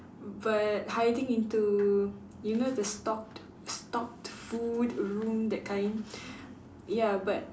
but hiding into you know the stocked stocked food room that kind ya but